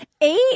Eight